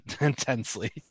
intensely